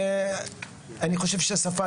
אני חושב שהשפה,